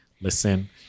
listen